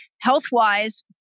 health-wise